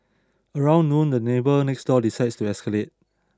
around noon the neighbour next door decides to escalate